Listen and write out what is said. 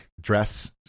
dress